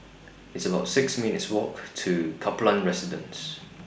It's about six minutes' Walk to Kaplan Residence